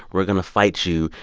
we're going to fight you.